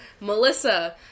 Melissa